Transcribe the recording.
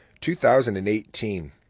2018